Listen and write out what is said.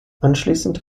anschließend